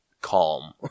calm